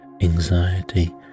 anxiety